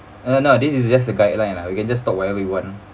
uh no this is just a guideline lah you can just talk whatever you want